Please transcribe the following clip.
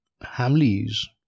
Hamley's